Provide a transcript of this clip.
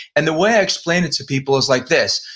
and the way i explained it to people is like this,